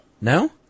No